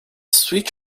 switch